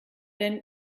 denn